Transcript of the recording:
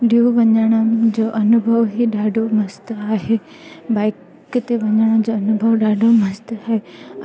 दीव वञण जो अनुभव ई ॾाढो मस्तु आहे बाइक ते वञण जो अनुभव ॾाढो मस्तु आहे